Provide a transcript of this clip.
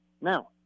Now